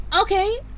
okay